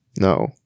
no